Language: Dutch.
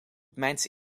mijns